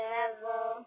Devil